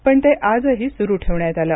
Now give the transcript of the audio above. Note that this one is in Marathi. पण ते आजही सुरू ठेवण्यात आलं